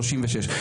36 שקלים לשעה.